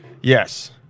yes